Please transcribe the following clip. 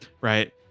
right